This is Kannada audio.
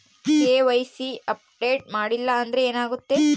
ಕೆ.ವೈ.ಸಿ ಅಪ್ಡೇಟ್ ಮಾಡಿಲ್ಲ ಅಂದ್ರೆ ಏನಾಗುತ್ತೆ?